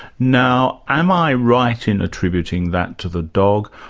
now am i right in attributing that to the dog,